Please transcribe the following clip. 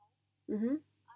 mmhmm